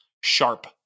Sharp